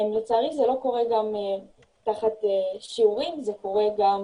לצערי זה לא קורה גם תחת שיעורים, זה קורה גם